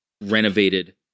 renovated